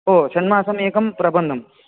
हो षण्मासम् एकं प्रबन्धं